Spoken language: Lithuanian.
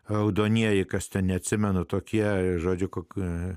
raudonieji kas ten neatsimenu tokie žodžiai kokie